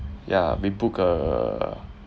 yeah we book a